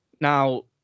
Now